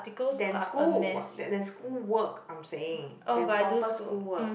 than school what than than school work I'm saying than proper school work